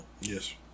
Yes